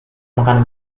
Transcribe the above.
makan